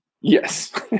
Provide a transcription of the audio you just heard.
Yes